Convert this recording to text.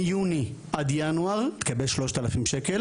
מיוני עד ינואר תתקבל 3,000 ₪,